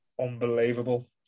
unbelievable